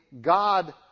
god